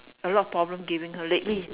a lot of problem giving her lately